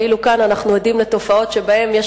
ואילו כאן אנחנו עדים לתופעות שבהן יש